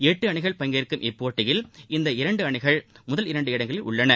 எட்டு அணிகள் பங்கேற்கும் இப்போட்டியில் இந்த இரண்டு அணிகள் முதல் இரண்டு இடங்களில் உள்ளன